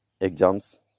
exams